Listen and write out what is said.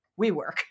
WeWork